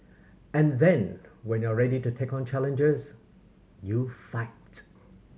and then when you're ready to take on challenges you fight